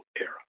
era